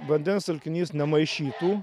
vandens telkinys nemaišytų